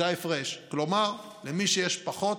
זה ההפרש, כלומר למי שיש פחות